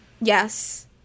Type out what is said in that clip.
Yes